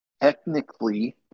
Technically